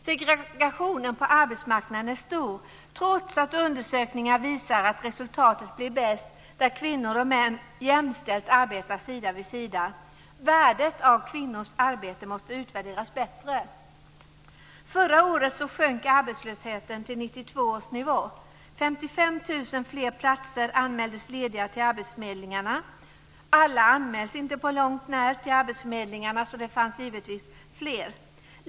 Segregationen på arbetsmarknaden är stor, trots att undersökningar visar att resultatet blir bäst där kvinnor och män jämställt arbetar sida vid sida. Värdet av kvinnors arbete måste utvärderas bättre. Förra året sjönk arbetslösheten till 1992 års nivå, och 55 000 fler platser anmäldes lediga till arbetsförmedlingarna. Alla anmäls inte på långt när till arbetsförmedlingarna, så det fanns givetvis fler.